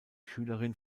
schülerin